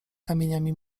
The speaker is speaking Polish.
kamieniami